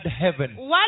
heaven